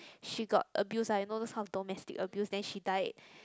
she got abuse lah you know those kind of domestic abuse then she died